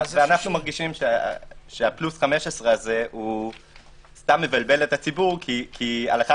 ואנחנו מרגישים שהפלוס 15 סתם מבלבל את הציבור כי הלכה